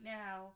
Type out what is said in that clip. now